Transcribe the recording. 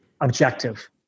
objective